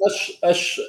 aš aš